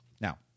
Now